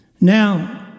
Now